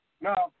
Now